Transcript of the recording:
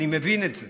אני מבין את זה.